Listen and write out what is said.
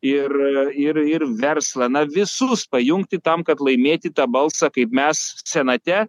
ir ir ir verslą na visus pajungti tam kad laimėti tą balsą kaip mes senate